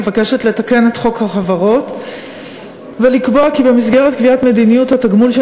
מבקשת לתקן את חוק החברות ולקבוע כי במסגרת קביעת מדיניות התגמול של